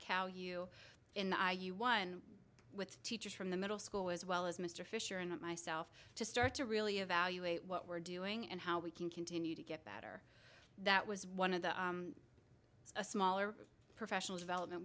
cow you in the eye you won with teachers from the middle school as well as mr fisher and myself to start to really evaluate what we're doing and how we can continue to get better that was one of the smaller professional development